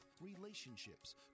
relationships